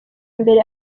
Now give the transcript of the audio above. mbere